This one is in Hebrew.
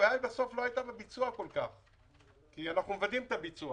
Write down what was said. הבעיה לא הייתה בסוף בביצוע כי אנחנו מוודאים את הביצוע.